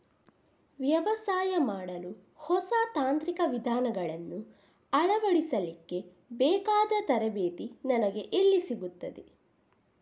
ವ್ಯವಸಾಯ ಮಾಡಲು ಹೊಸ ತಾಂತ್ರಿಕ ವಿಧಾನಗಳನ್ನು ಅಳವಡಿಸಲಿಕ್ಕೆ ಬೇಕಾದ ತರಬೇತಿ ನನಗೆ ಎಲ್ಲಿ ಸಿಗುತ್ತದೆ?